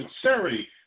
sincerity